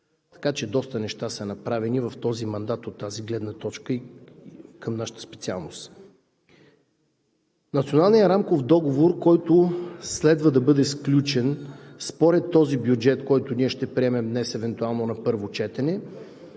така че доста неща са направени в този мандат от тази гледна точка. Националният рамков договор, който следва да бъде сключен според този бюджет, който ние ще приемем, днес евентуално на първо четене,